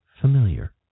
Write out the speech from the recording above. familiar